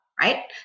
right